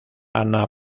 ana